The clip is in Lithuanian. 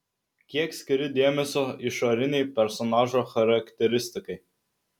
kiek skiri dėmesio išorinei personažo charakteristikai